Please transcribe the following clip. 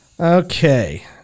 Okay